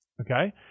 okay